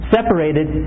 Separated